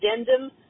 addendum